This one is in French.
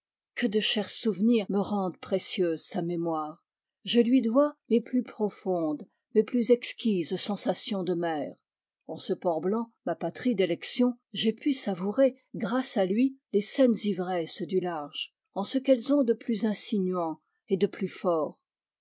que de chers souvenirs me rendent précieuse sa mémoire je lui dois mes plus profondes mes plus exquises sensations de mer en ce port blanc ma patrie d'élection j'ai pu savourer grâce à lui les saines ivresses du large en ce qu'elles ont de plus insinuant et de plus fort